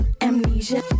Amnesia